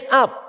up